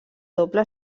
doble